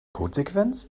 codesequenz